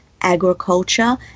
agriculture